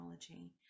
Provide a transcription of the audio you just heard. technology